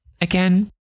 again